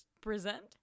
Present